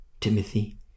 Timothy